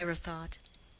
mirah thought,